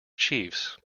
chiefs